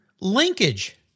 Linkage